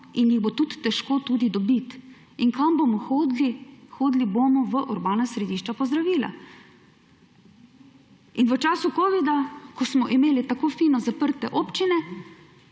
in jih bo tudi težko tudi dobiti. In kam bomo hodili? Hodili bomo v urbana središča po zdravila. In v času covida, ko smo imeli tako fino zaprte občine,